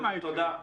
תודה לד"ר מאיר.